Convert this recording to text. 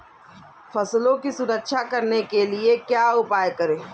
फसलों की सुरक्षा करने के लिए क्या उपाय करें?